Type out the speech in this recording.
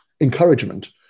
encouragement